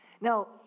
Now